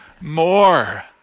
more